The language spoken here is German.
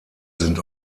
sind